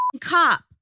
Cop